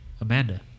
Amanda